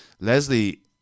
Leslie